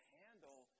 handle